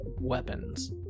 weapons